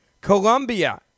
Colombia